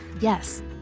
Yes